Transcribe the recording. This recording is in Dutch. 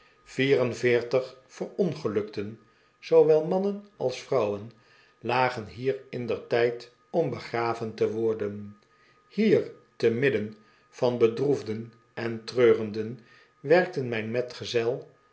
en veertig verongelukten zoowel mannen als vrouwen lagen hier indertijd om begraven te worden hier te midden van bedroefden en treurenden werkte mijn metgezel